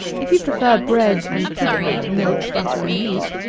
if you prefer bread and pudding to milk, butter, and meat,